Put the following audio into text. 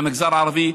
מהמגזר הערבי,